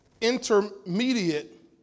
intermediate